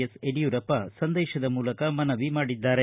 S Yediyurappa ಸಂದೇಶದ ಮೂಲಕ ಮನವಿ ಮಾಡಿದ್ದಾರೆ